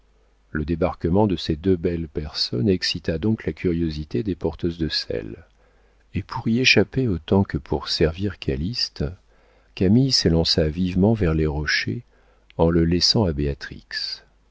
le débarquement de ces deux belles personnes excita donc la curiosité des porteuses de sel et pour y échapper autant que pour servir calyste camille s'élança vivement vers les rochers en le laissant à